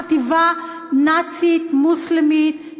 חטיבה נאצית מוסלמית,